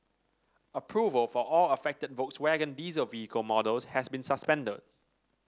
approval for all affected Volkswagen diesel vehicle models has been suspended